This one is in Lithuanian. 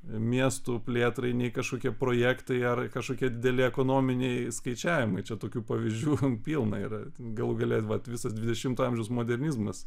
miestų plėtrai nei kažkokie projektai ar kažkokie dideli ekonominiai skaičiavimai čia tokių pavyzdžių pilna yra galų gale vat visas dvidešimtojo amžiaus modernizmas